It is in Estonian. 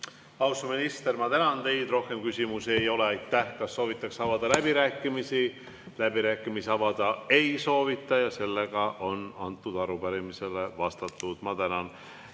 Austatud minister, ma tänan teid. Rohkem küsimusi ei ole. Aitäh! Kas soovitakse avada läbirääkimised? Läbirääkimisi avada ei soovita ja sellele arupärimisele on vastatud. Ma tänan.